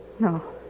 No